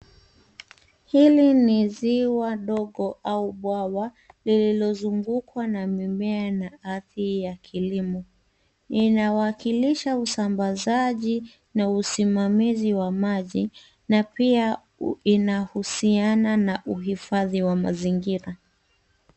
Hili ni ziwa dogo au bwawa lililozungukwa na mimea na ardhi ya kilimo. Linawakilisha usambazaji na usimamizi wa maji na pia inahusiana na uhifadhi wa mazingira.